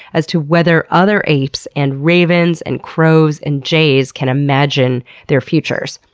as to whether other apes, and ravens, and crows, and jays can imagine their futures.